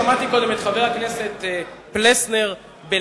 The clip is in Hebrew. שמעתי קודם את חבר הכנסת פלסנר מספר